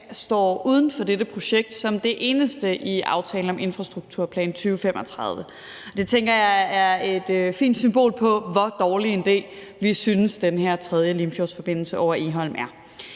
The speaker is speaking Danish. står uden for dette projekt som det eneste i aftalen om infrastrukturplan 2035. Det tænker jeg er et fint symbol på, hvor dårlig en idé vi synes den her tredje Limfjordsforbindelse over Egholm er.